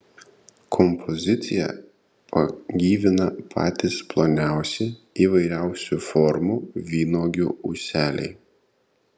kompoziciją pagyvina patys ploniausi įvairiausių formų vynuogių ūseliai